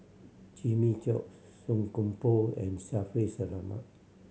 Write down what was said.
Jimmy Chok Song Koon Poh and Shaffiq Selamat